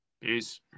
Peace